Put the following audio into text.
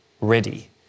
ready